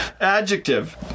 Adjective